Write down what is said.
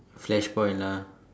flash point lah